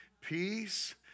peace